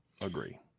Agree